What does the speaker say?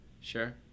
Sure